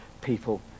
people